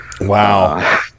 Wow